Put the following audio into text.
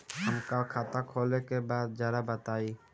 हमका खाता खोले के बा जरा बताई?